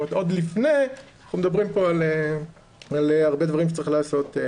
זאת אומרת עוד לפני אנחנו מדברים פה על הרבה דברים שצריך לעשות.